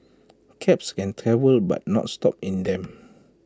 cabs can travel but not stop in them